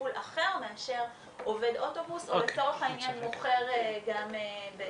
טיפול אחר מאשר עובד אוטובוס או לצורך העניין מוכר בחנות.